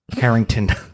Harrington